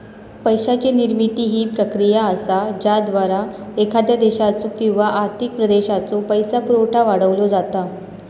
पैशाची निर्मिती ही प्रक्रिया असा ज्याद्वारा एखाद्या देशाचो किंवा आर्थिक प्रदेशाचो पैसो पुरवठा वाढवलो जाता